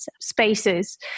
spaces